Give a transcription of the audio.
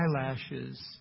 eyelashes